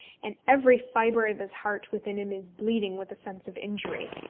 and every fibre of his heart within him is bleeding with a sense of injury.